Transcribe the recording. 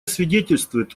свидетельствует